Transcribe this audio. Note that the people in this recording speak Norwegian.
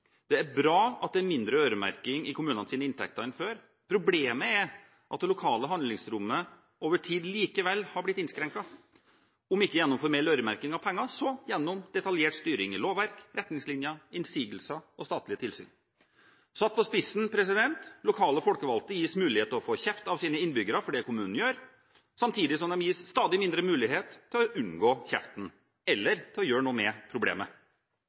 Det er bra at det er mindre øremerking i kommunenes inntekter enn før. Problemet er at det lokale handlingsrommet over tid likevel har blitt innskrenket – om ikke gjennom formell øremerking av penger, så gjennom detaljert styring i lovverk, retningslinjer, innsigelser og statlige tilsyn. Satt på spissen: Lokale folkevalgte gis mulighet til å få kjeft av sine innbyggere for det kommunen gjør, samtidig som de gis stadig mindre mulighet til å unngå kjeften, eller til å gjøre noe med problemet.